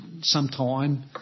sometime